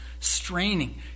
straining